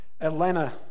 Atlanta